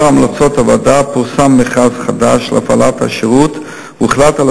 לאור המלצות הוועדה פורסם מכרז חדש להפעלת השירות והוחלט על